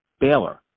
Baylor